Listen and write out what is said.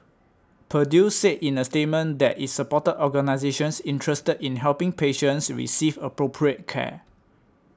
Purdue said in a statement that it supported organisations interested in helping patients receive appropriate care